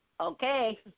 Okay